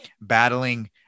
battling